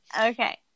Okay